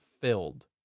filled